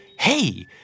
Hey